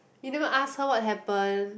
you never ask her what happen